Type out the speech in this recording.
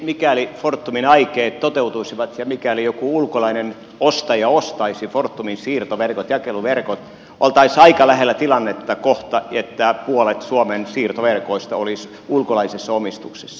mikäli fortumin aikeet toteutuisivat ja mikäli joku ulkolainen ostaja ostaisi fortumin siirtoverkot jakeluverkot oltaisiin kohta aika lähellä tilannetta että puolet suomen siirtoverkoista olisi ulkolaisessa omistuksessa